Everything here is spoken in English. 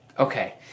Okay